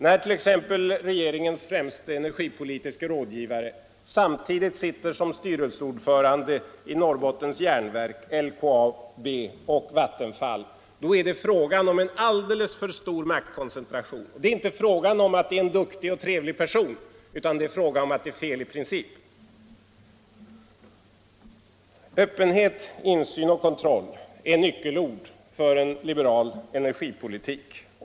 När t.ex. regeringens främste energipolitiske rådgivare samtidigt är styrelseordförande i Norrbottens Järnverk, i LKAB och i Vattenfall är det fråga om en alldeles för stor maktkoncentration. Det är då inte fråga om huruvida det är en duktig och trevlig person utan om att det är fel i princip. Öppenhet, insyn och kontroll är nyckelord för en liberal energipolitik.